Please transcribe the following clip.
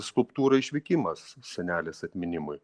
skulptūrą išvykimas senelės atminimui